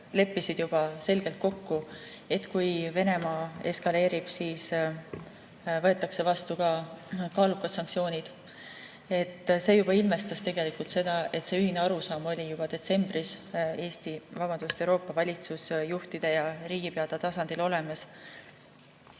leppisid juba selgelt kokku, et kui Venemaa eskaleerib, siis võetakse vastu ka kaalukad sanktsioonid. See ilmestas tegelikult seda, et ühine arusaam oli juba detsembris Euroopa valitsusjuhtide ja riigipeade tasandil olemas.